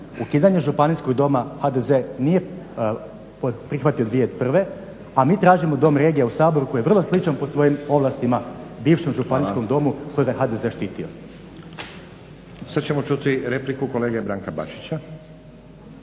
ukidanje županijskog doma HDZ nije prihvatio 2001., a mi tražimo dom regija u Saboru koji je vrlo sličan po svojim ovlastima bivšem Županijskom domu kojega je HDZ štitio. **Stazić, Nenad (SDP)** Hvala. Sad ćemo čuti repliku kolege Branka Bačića.